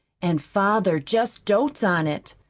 and father just dotes on it.